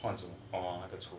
换什么 oh 我的橱